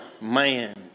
man